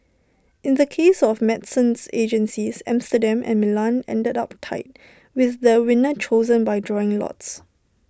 in the case of medicines agencies Amsterdam and Milan ended up tied with the winner chosen by drawing lots